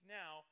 now